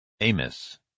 Amos